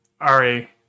Ari